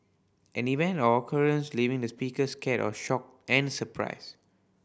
an event or occurrence leaving the speaker scared or shocked and surprised